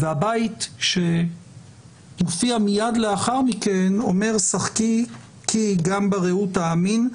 והבית שמופיע מיד לאחר מכן אומר: "שחקי כי גם ברעות אאמין /